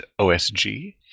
osg